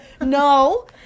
no